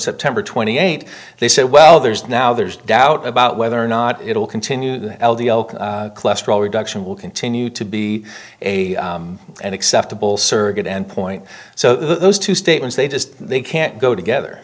september twenty eighth they said well there's now there's doubt about whether or not it will continue the l d l cholesterol reduction will continue to be a an acceptable surrogate endpoint so those two statements they just they can't go together